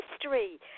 history